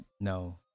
no